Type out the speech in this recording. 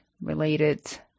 related